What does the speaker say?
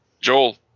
Joel